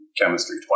chemistry